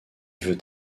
veut